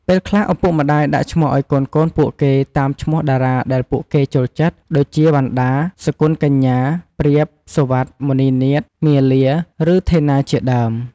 ពេលខ្លះឪពុកម្ដាយដាក់ឈ្មោះឱ្យកូនៗពួកគេ តាមឈ្មោះតារាដែលពួកគេចូលចិត្ត ដូចជា វ៉ាន់ដា សុគន្ធកញ្ញា ព្រាប សុវត្ថិ មុន្នីនាថ មាលា ឬ ថេណាជាដើម។